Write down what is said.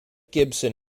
gibson